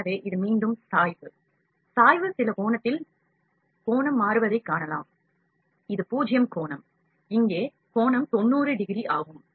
எனவே இது மீண்டும் சாய்வு சாய்வு சில கோணத்தில் கோணம் மாறுவதைக் காணலாம் இது 0 கோணம் இங்கே கோணம் 90 டிகிரி ஆகும்